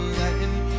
letting